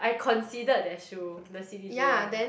I considered that shoe the c_d_g one